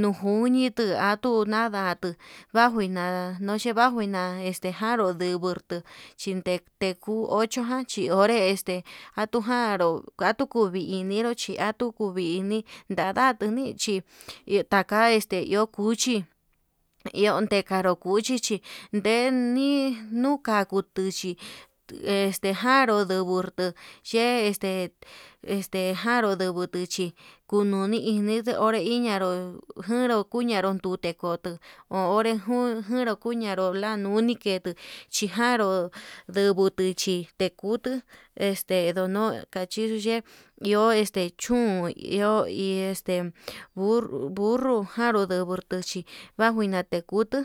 ñujunitu atuu ñandatu bajuina yuxhi huajina este njanru ndinjurtu chindete kuu ocho jan chi onre este njaru njanru gatuu kuvini nduchi atuu kuvini ndadatuni chí taka este iho cuchi, iho tekanru cuchi chí ndenii nduka kutuchí este janruu nduburtu xhe este njaruu nduguu kununi ini nde onre iñando'o janru kuñadu ndute kote ho ore njaduu kuña doblar ñone ketuu chijanru nduguu tuchí té kutuu yunuu kachiyi ye'e iho este chún iho este burru burru janru ndudu duchi vajuu nuti kutuu.